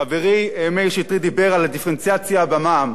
חברי מאיר שטרית דיבר על הדיפרנציאציה במע"מ.